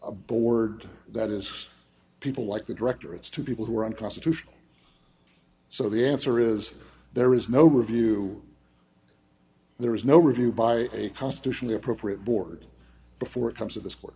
a board that is people like the director it's two people who are unconstitutional so the answer is there is no review there is no review by a constitutionally appropriate board before it comes to th